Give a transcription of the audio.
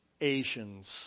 Asians